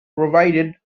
provided